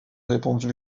répondit